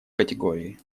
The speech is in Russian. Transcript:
категории